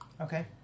Okay